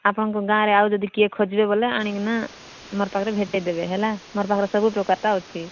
ଆପଣଙ୍କ ଗାଁରେ ଆଉ ଯଦି କିଏ ଖୋଜିବେ ବୋଲେ ଆଣିକିନା ମୋର ପାଖରେ ଭେଟାଇ ଦେବେ ହେଲା ମୋର ପାଖରେ ସବୁ ପ୍ରକାରଟା ଅଛି